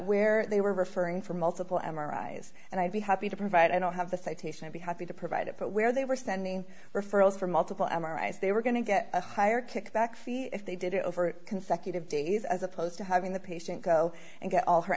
where they were referring for multiple m r i s and i'd be happy to provide i don't have the citation i'd be happy to provide it but where they were standing referrals for multiple m r i so they were going to get a higher kickback feel if they did it over consecutive days as opposed to having the patient go and get all her